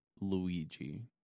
Luigi